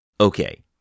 Okay